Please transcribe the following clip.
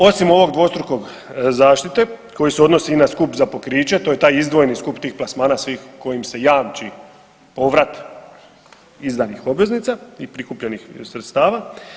Osim ovog dvostruke zaštite koja se odnosi i na skup za pokriće, to je taj izdvojeni skup tih plasmana svih kojim se jamči povrat izdanih obveznica i prikupljenih sredstava.